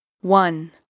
one